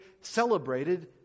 celebrated